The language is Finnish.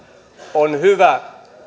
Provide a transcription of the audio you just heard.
on hyvä